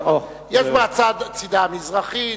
יש צדה המזרחי,